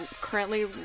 currently